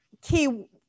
key